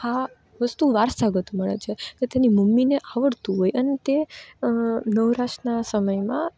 આ વસ્તુ વારસાગત મળે છે તેની મમ્મીને આવડતું હોય અને તે નવરાશના સમયમાં